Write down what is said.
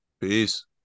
Peace